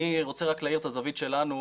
אני רוצה רק להאיר את הזווית שלנו,